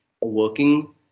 Working